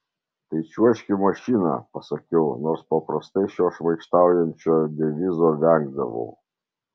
tai čiuožk į mašiną pasakiau nors paprastai šio šmaikštaujančio devizo vengdavau